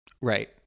Right